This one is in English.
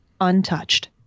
untouched